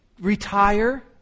retire